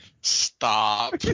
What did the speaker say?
Stop